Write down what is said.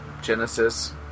Genesis